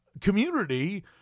community